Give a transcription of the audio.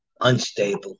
unstable